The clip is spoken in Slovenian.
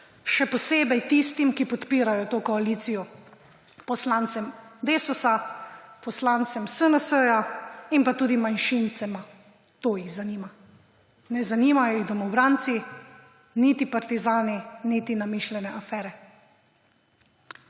še posebej tistim, ki podpirajo to koalicijo, poslancem Desusa, poslancem SNS in pa tudi manjšincema. To jih zanima. Ne zanimajo jih domobranci, niti partizani niti namišljene afere.